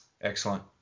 excellent